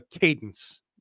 cadence